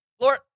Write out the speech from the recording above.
Lord